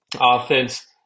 Offense